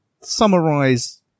summarize